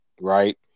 right